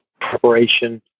preparation